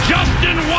Justin